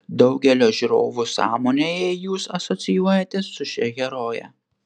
daugelio žiūrovų sąmonėje jūs asocijuojatės su šia heroje